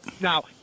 Now